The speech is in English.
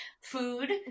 food